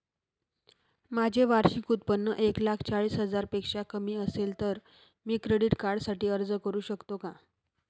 माझे वार्षिक उत्त्पन्न एक लाख चाळीस हजार पेक्षा कमी असेल तर मी क्रेडिट कार्डसाठी अर्ज करु शकतो का?